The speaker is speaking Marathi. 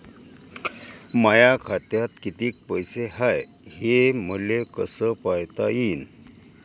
माया खात्यात कितीक पैसे हाय, हे मले कस पायता येईन?